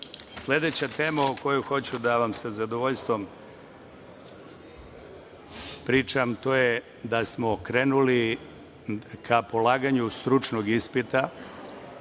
sporta. Sledeća tema o kojoj hoću da vam sa zadovoljstvom pričam, to je da smo krenuli ka polaganju stručnog ispita.